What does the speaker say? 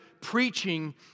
preaching